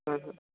हम्म हम्म